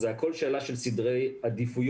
זה הכול שאלה של סדרי עדיפויות.